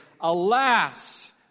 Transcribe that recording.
Alas